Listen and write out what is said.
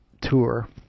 tour